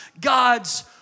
God's